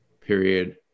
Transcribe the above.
period